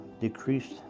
decreased